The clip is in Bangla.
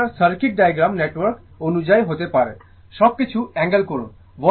এটি আপনার সার্কিট ডায়াগ্রাম নেটওয়ার্ক অনুযায়ী হতে পারে সবকিছু অ্যাঙ্গেল করুন